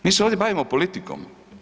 Mi se ovdje bavimo politikom.